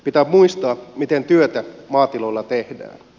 pitää muistaa miten työtä maatiloilla tehdään